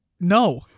No